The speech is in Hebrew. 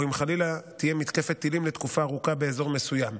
או אם חלילה תהיה מתקפת טילים לתקופה ארוכה באזור מסוים.